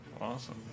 Awesome